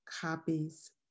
copies